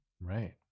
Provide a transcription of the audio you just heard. right